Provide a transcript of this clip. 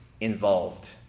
Involved